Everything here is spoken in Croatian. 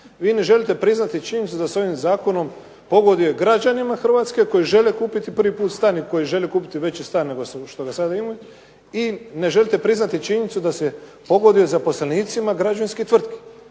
Vi ne želite priznati činjenicu da se ovim zakonom pogoduje građanima Hrvatske koji žele kupiti prvi put stan i koji žele kupiti veći stan nego što ga sada imaju i ne želite priznati činjenicu da se pogoduje zaposlenicima građevinskih tvrtki.